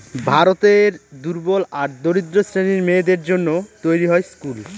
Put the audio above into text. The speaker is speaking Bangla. ভারতের দুর্বল আর দরিদ্র শ্রেণীর মেয়েদের জন্য তৈরী হয় স্কুল